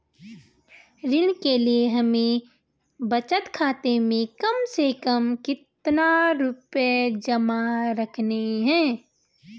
ऋण के लिए हमें बचत खाते में कम से कम कितना रुपये जमा रखने हैं?